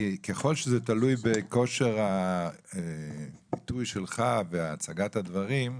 ככל שזה תלוי בכושר הביטוי שלך והצגת הדברים,